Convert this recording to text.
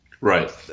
Right